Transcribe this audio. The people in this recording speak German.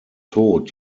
tod